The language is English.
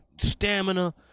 stamina